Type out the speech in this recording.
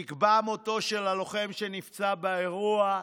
נקבע מותו של הלוחם שנפצע באירוע,